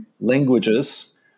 languages